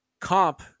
comp